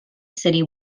city